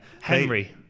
Henry